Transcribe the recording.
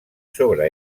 sobre